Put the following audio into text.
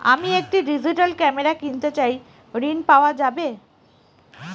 আমি একটি digital camera কিনতে চাই ঝণ পাওয়া যাবে?